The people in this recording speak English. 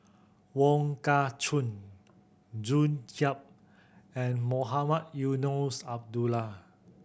Wong Kah Chun June Yap and Mohamed Eunos Abdullah